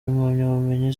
impamyabumenyi